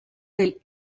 del